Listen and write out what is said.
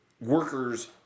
workers